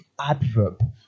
adverb